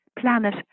planet